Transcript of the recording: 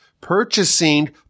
purchasing